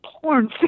porn